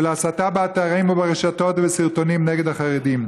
ולהסתה באתרים וברשתות ובסרטונים נגד החרדים.